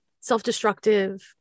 self-destructive